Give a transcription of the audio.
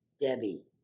Debbie